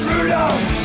Rudolph